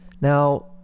Now